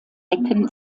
decken